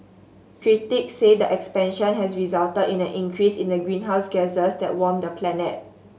critics say the expansion has resulted in an increase in the greenhouse gases that warm the planet